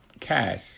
cash